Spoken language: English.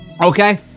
Okay